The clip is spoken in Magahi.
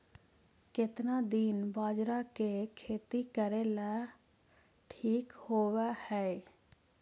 केतना दिन बाजरा के खेती करेला ठिक होवहइ?